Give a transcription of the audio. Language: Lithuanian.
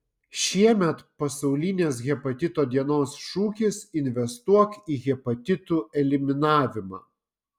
šiemet pasaulinės hepatito dienos šūkis investuok į hepatitų eliminavimą